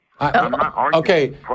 Okay